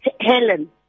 Helen